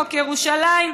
חוק ירושלים,